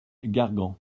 gargan